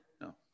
No